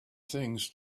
things